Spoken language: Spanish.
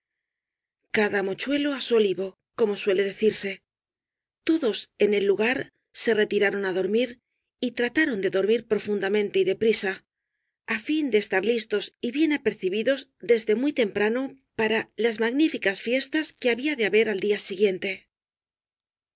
cada mochuelo á su olivo como suele decirse todos en el lugar se retiraron á dormir y trataron de dormir profundamente y deprisa á fin de estar listos y bien apercibidos desde muy temprano para las magníficas fiestas que había de haber el día siguiente